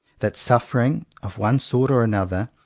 that suffering, of one sort or another,